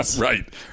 Right